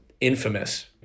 infamous